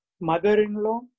mother-in-law